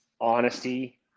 honesty